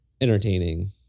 entertaining